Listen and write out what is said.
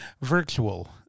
virtual